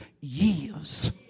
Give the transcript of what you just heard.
Years